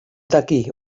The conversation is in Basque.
daki